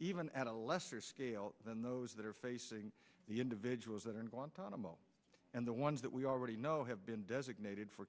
even at a lesser scale than those that are facing the individuals that are in guantanamo and the ones that we already know have been designated for